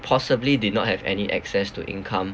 possibly did not have any access to income